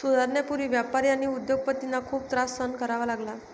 सुधारणांपूर्वी व्यापारी आणि उद्योग पतींना खूप त्रास सहन करावा लागला